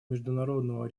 международного